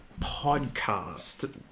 Podcast